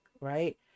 right